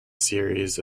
series